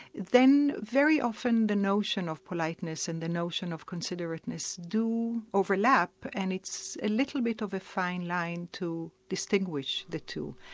then very often the notion of politeness and the notion of considerateness do overlap and it's a little bit of a fine line to distinguish the two.